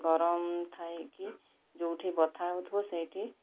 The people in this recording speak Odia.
ଗରମ ଥାଇକି ଯେଉଁଠି ବଥା ହେଉଥିବ ସେଇଠି